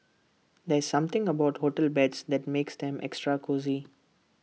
there's something about hotel beds that makes them extra cosy